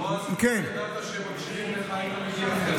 בועז, כתבת שממשיכים לזעזע